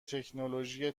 تکنولوژی